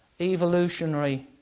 evolutionary